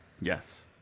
Yes